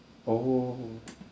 oh